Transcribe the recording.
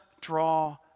draw